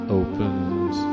opens